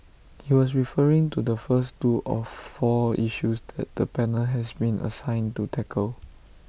he was referring to the first two of four issues that the panel has been assigned to tackle